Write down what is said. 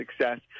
success